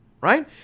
right